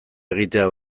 egitea